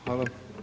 Hvala.